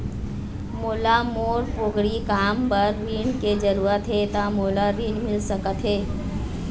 मोला मोर पोगरी काम बर ऋण के जरूरत हे ता मोला ऋण मिल सकत हे?